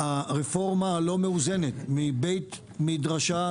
הרפורמה הלא מאוזנת מבית מדרשה,